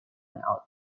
out